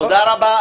תודה רבה.